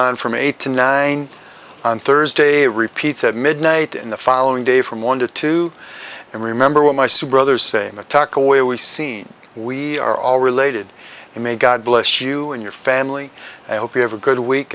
on from eight to nine on thursday repeats at midnight in the following day from one to two i remember when my sue brother same attack away we seen we are all related and may god bless you and your family i hope you have a good week